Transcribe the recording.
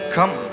Come